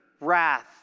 wrath